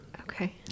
Okay